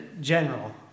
general